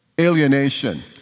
Alienation